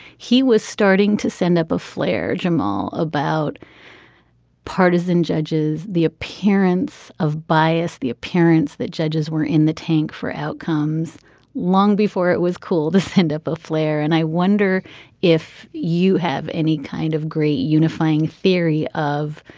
he was starting to send up a flare jamal about partisan judges the appearance of bias the appearance that judges were in the tank for outcomes long before it was cool to send up a flare and i wonder if you have any kind of great unifying theory of